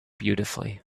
beautifully